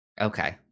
Okay